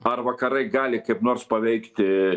ar vakarai gali kaip nors paveikti